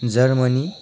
Germany